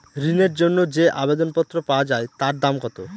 ঋণের জন্য যে আবেদন পত্র পাওয়া য়ায় তার দাম কত?